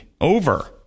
over